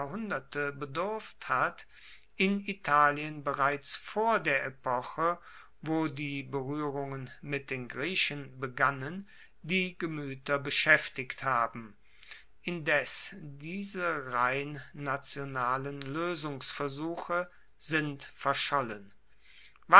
jahrhunderte bedurft hat in italien bereits vor der epoche wo die beruehrungen mit den griechen begannen die gemueter beschaeftigt haben indes diese rein nationalen loesungsversuche sind verschollen